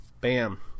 Bam